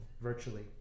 virtually